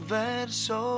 verso